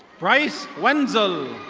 bryce wendzel.